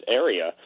area